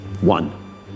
One